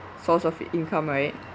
source of income right